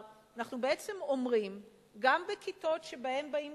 אנחנו בעצם אומרים שגם בכיתות שיש בהן